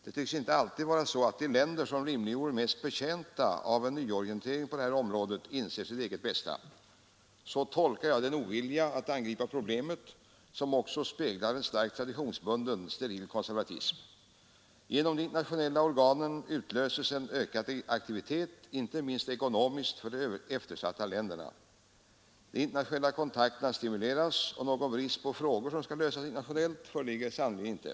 Det tycks inte alltid vara så att de länder som rimligen vore mest betjänta av en nyorientering på detta område inser sitt eget bästa. Så tolkar jag den ovilja att angripa problemet som också speglar en starkt traditionsbunden, steril konservatism. Genom de internationella organen utlöses en ökad aktivitet inte minst ekonomiskt för de eftersatta länderna. De internationella kontakterna stimuleras, och någon brist på frågor som skall lösas internationellt föreligger sannerligen inte.